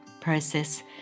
process